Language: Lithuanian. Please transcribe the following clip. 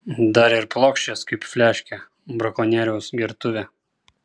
dar ir plokščias kaip fliaškė brakonieriaus gertuvė